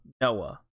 noah